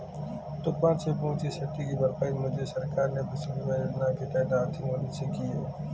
तूफान से पहुंची क्षति की भरपाई मुझे सरकार ने फसल बीमा योजना के तहत आर्थिक मदद से की है